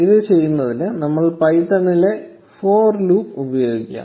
ഇത് ചെയ്യുന്നതിന് നമ്മൾ പൈത്തണിലെ ഫോർ ലൂപ്പ് ഉപയോഗിക്കും